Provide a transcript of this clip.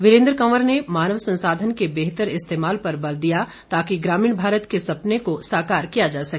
वीरेन्द्र कंवर ने मानव संसाधन के बेहतर इस्तेमाल पर बल दिया ताकि ग्रामीण भारत के सपने का साकार किया जा सके